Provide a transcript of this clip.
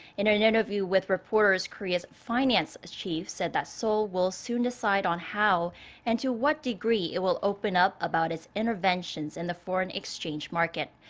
in an interview with reporters. korea's finance chief said that seoul will soon decide on how and to what degree. it will open up about its interventions in the foreign exchange market.